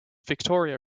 victoria